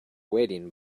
waiting